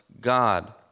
God